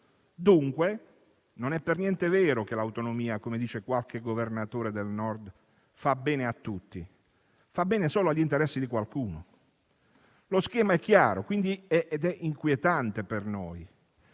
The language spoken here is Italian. Dunque, non è per niente vero che l'autonomia, come dice qualche governatore del Nord, fa bene a tutti; fa bene solo agli interessi di qualcuno. Lo schema è chiaro ed è inquietante per noi,